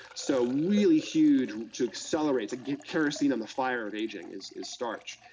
so, really huge to accelerate, to get kerosene on the fire of aging is is starch.